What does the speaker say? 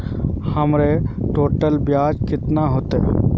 हमर टोटल ब्याज कते होले?